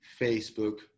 Facebook